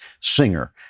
Singer